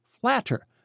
flatter